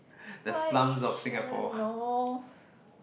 why he shouldn't know